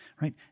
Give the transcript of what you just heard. right